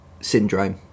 syndrome